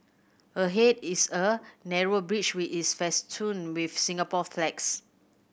ahead is a narrow bridge which is festooned with Singapore flags